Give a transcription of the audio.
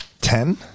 Ten